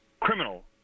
criminal